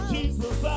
Jesus